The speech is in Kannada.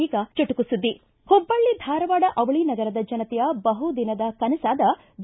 ಈಗ ಚುಟುಕು ಸುದ್ದಿ ಹುಬ್ಬಳ್ಳಿ ಧಾರವಾಡ ಅವಳಿ ನಗರದ ಜನತೆಯ ಬಹುದಿನದ ಕನಸಾದ ಬಿ